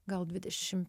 gal dvidešim